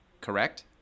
correct